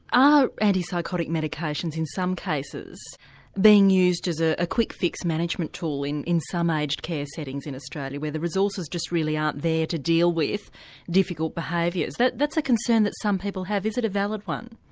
are anti psychotic medications in some cases being used as ah a quick fix management tool in in some aged care settings in australia, where the resources just really aren't there to deal with difficult behaviours? that's a concern that some people have is it a valid one?